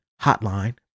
Hotline